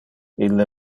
ille